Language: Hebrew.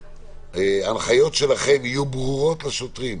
שההנחיות שלכם יהיו ברורות לשוטרים,